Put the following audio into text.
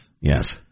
Yes